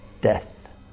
death